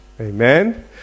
amen